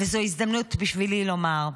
וזו הזדמנות בשבילי לומר: